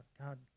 God